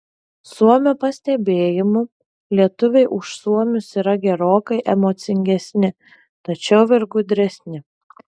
suomio pastebėjimu lietuviai už suomius yra gerokai emocingesni tačiau ir gudresni